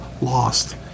lost